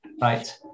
right